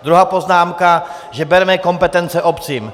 Druhá poznámka, že bereme kompetence obcím.